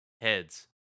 heads